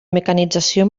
mecanització